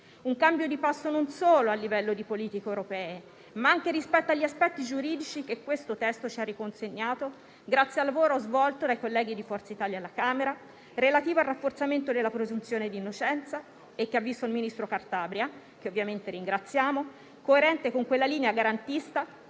un cambio di passo non solo a livello di politiche europee, ma anche rispetto agli aspetti giuridici che questo testo ci ha riconsegnato grazie al lavoro svolto dai colleghi di Forza Italia alla Camera relativo al rafforzamento della presunzione di innocenza e che ha visto il ministro Cartabia, che ovviamente ringraziamo, coerente con quella linea garantista